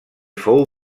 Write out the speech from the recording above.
fou